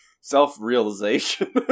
Self-realization